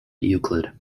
euclid